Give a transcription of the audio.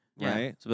Right